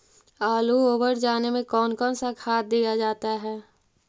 आलू ओवर जाने में कौन कौन सा खाद दिया जाता है?